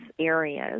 areas